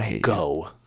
Go